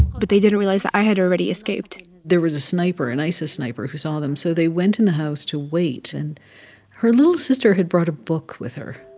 but they didn't realize that i had already escaped there was a sniper an isis sniper who saw them. so they went in the house to wait. and her little sister had brought a book with her.